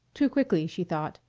too quickly, she thought,